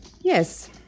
Yes